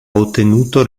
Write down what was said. ottenuto